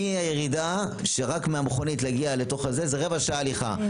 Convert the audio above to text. תוכלי לראות שיש לך רבע שעה הליכה מהחניה בירידה לבית החולים עצמו.